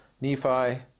Nephi